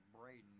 Braden